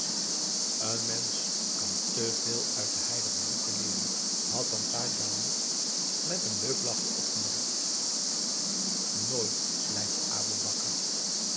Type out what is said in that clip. een mensch kan te veel uit de heilige boeken leeren had dan pa djalil met een leuk lachje opgemerkt nooit pleitte aboe bakar